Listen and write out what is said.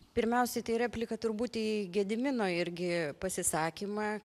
pirmiausiai tai replika turbūt į gedimino irgi pasisakymą